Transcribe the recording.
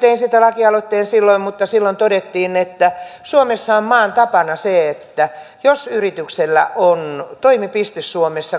tein siitä lakialoitteen silloin mutta silloin todettiin että suomessa on maan tapana se että jos yrityksellä on toimipiste suomessa